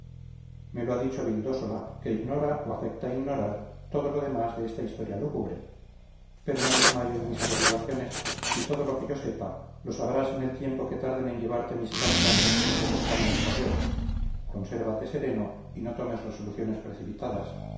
me lo ha dicho vildósola que ignora o afecta ignorar todo lo demás de esta historia lúgubre pero no desmayo en mis averiguaciones y todo lo que yo sepa lo sabrás en el tiempo que tarden en llevarte mis cartas nuestros detestables correos consérvate sereno y no tomes resoluciones precipitadas